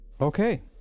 okay